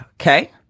Okay